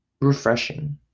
refreshing